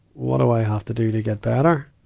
what do i have to do to get better?